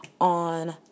on